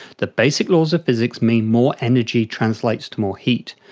the basic laws of physics mean more energy translates to more heat,